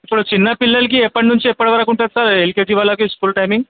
ఇప్పుడు చిన్న పిల్లలకి ఎప్పటి నుండి ఎప్పటి వరకు ఉంటుంది సార్ ఎల్కేజీ వాళ్ళకి స్కూల్ టైమింగ్